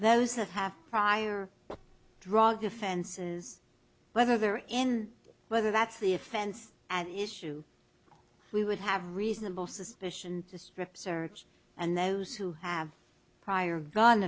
those that have prior drug offenses whether they're in whether that's the offense at issue we would have reasonable suspicion to strip search and those who have prior g